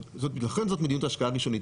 לכן זאת מדיניות ההשקעה הראשונית,